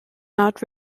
not